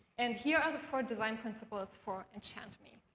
and here are the four design principles for enchant me.